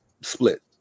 split